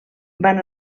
van